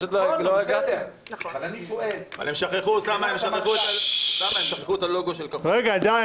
הם שכחו את הלוגו של כחול לבן.